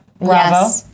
Bravo